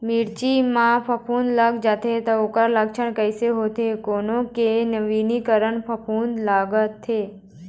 मिर्ची मा फफूंद लग जाथे ता ओकर लक्षण कैसे होथे, कोन के नवीनीकरण फफूंद लगथे?